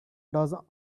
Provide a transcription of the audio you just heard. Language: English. does